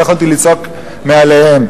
לא יכולתי לצעוק מעליהם,